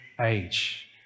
age